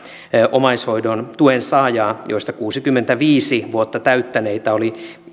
omaishoidon tuen saajaa joista kuusikymmentäviisi vuotta täyttäneitä oli